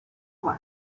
美术馆